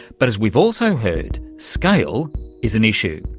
but as we've also heard, scale is an issue.